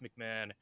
McMahon